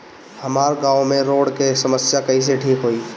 हमारा गाँव मे रोड के समस्या कइसे ठीक होई?